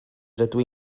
rydw